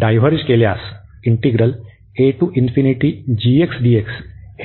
diverge केल्यास हे integral diverge होते